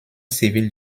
civile